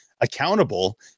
accountable